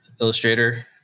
Illustrator